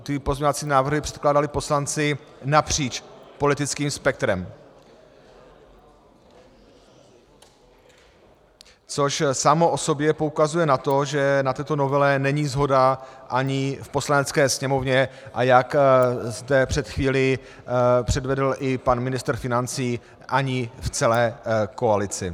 Ty pozměňovací návrhy předkládali poslanci napříč politickým spektrem, což samo o sobě poukazuje na to, že na této novele není shoda ani v Poslanecké sněmovně, a jak zde před chvílí předvedl i pan ministra financí, ani v celé koalici.